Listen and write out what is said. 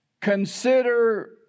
Consider